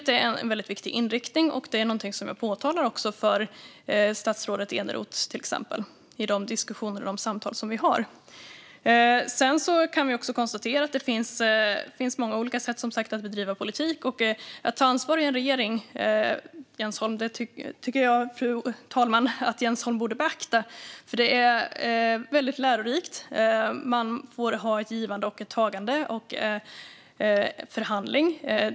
Det är en viktig inriktning och även något jag påpekar för till exempel statsrådet Eneroth i de diskussioner och samtal vi har. Det finns många olika sätt att bedriva politik. Jens Holm borde beakta hur det är att ta ansvar i en regering. Det är lärorikt och ett givande och tagande i förhandlingar.